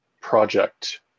project